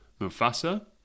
Mufasa